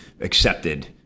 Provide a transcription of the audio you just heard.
accepted